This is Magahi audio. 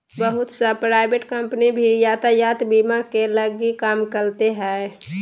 बहुत सा प्राइवेट कम्पनी भी यातायात बीमा के लगी काम करते हइ